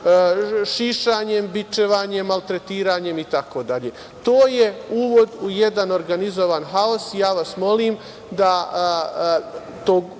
šišanjem, bičevanjem, maltretiranjem, itd. To je uvod u jedan organizovan haos i ja vas molim,